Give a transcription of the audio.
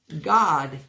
God